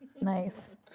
Nice